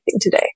today